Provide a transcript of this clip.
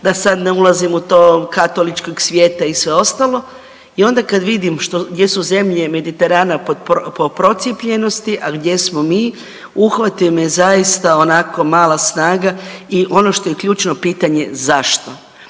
da sad ne ulazim u to, katoličkog svijeta i sve ostalo i onda kad vidim što, gdje su zemlje Mediterana po procijepljenosti, a gdje smo mi, uhvati me zaista onako mala snaga i ono što je ključno pitanje, zašto?